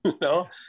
no